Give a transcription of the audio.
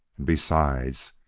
and, besides,